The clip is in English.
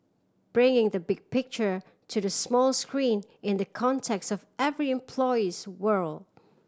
bringing the big picture to the small screen in the context of every employee's world